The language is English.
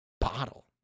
bottle